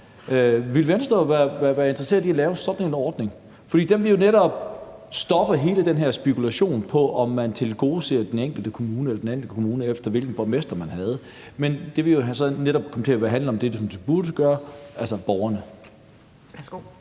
Ville Venstre være interesseret i at lave sådan en ordning, for den ville jo netop stoppe hele den her spekulation, i forhold til om man tilgodeser den enkelte kommune efter, hvilke borgmestre de havde? Så ville det i stedet for komme til at handle om det, som det burde gøre, altså borgerne.